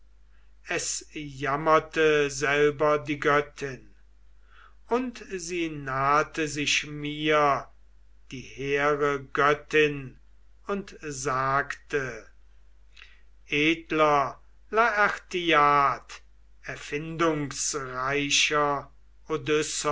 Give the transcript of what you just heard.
es jammerte selber die göttin und sie nahte sich mir die hehre göttin und sagte edler laertiad erfindungsreicher